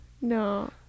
No